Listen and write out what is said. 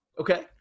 okay